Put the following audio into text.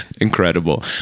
incredible